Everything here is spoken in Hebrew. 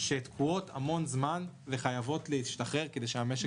שתקועות המון זמן וחייבות להשתחרר כדי שהמשך יצעד קדימה.